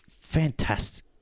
fantastic